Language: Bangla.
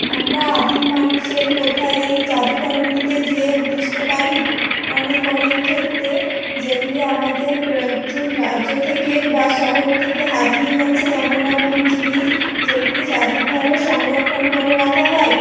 আমরা আদিম মানুষের কোথায় এই যাদুঘরগুলিতে যেয়ে বুঝতে পারি অনেক অনেক ক্ষেত্রে যেগুলি আমাদের গ্রা হচ্ছে রাজ্য থেকে বা শহর থেকে হারিয়ে গিয়েছে এমন এমন জিনিস যেগুলি যাদুঘরে সংরক্ষণ করে রাখা হয়